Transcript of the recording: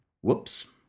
Whoops